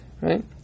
right